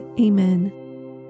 Amen